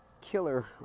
killer